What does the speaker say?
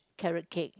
carrot cake